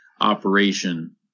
operation